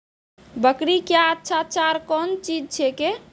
बकरी क्या अच्छा चार कौन चीज छै के?